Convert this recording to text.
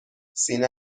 سینه